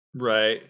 Right